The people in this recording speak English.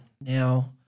now